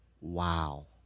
Wow